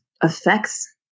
affects